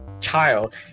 child